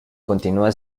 continúa